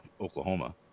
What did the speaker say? Oklahoma